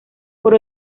por